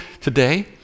today